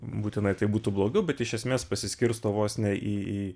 būtinai tai būtų blogiau bet iš esmės pasiskirsto vos ne į